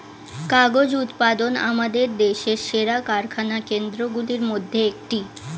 কাগজ উৎপাদন আমাদের দেশের সেরা কারখানা কেন্দ্রগুলির মধ্যে একটি